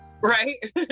Right